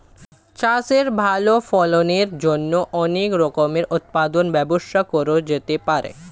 চাষে ভালো ফলনের জন্য অনেক রকমের উৎপাদনের ব্যবস্থা করা যেতে পারে